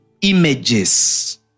images